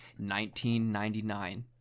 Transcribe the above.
1999